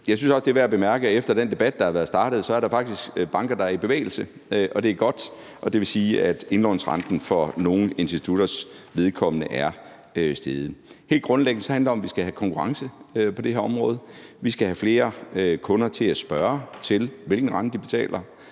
Jeg synes også, det er værd at bemærke, at efter den debat, der har været startet, er der faktisk banker, der er i bevægelse, og det er godt. Det vil sige, at indlånsrenten for nogle institutters vedkommende er steget. Helt grundlæggende handler det om, at vi skal have konkurrence på det her område. Vi skal have flere kunder til at spørge til, hvilken rente de betaler,